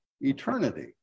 eternity